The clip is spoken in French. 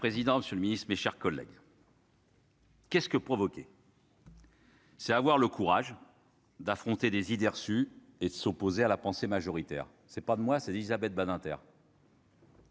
Madame la présidente, monsieur le Ministre, mes chers collègues. Qu'est-ce que provoquer. C'est à avoir le courage d'affronter des idées reçues et de s'opposer à la pensée majoritaire, c'est pas de moi, c'est Élisabeth Badinter.